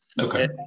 Okay